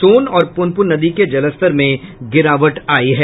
सोन और पुनपुन नदी के जलस्तर में गिरावट आयी है